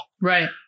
Right